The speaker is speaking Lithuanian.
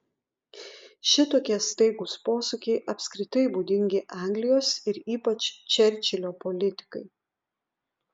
šitokie staigūs posūkiai apskritai būdingi anglijos ir ypač čerčilio politikai